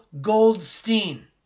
Goldstein